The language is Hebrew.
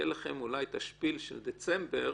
יהיה לכם אולי את השפיל של דצמבר